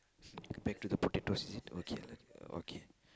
back to the potatoes is it okay lah okay